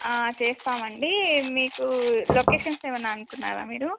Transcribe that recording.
చేస్తామండీ మీకు లొకేషన్స్ ఏమన్నా అనుకున్నారా మీరు